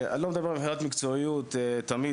אני לא מדבר מבחינת מקצועיות תמיד